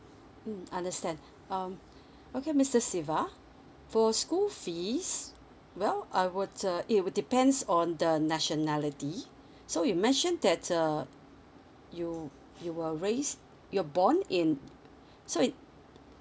mm understand um okay mister siva for school fees well I would uh it would depends on the nationality so you mentioned that uh you you were raised you're born in so in